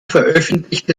veröffentlichte